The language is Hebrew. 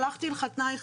שלחתי לך תנאי חדש'